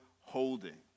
holding